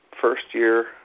first-year